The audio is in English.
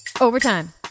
overtime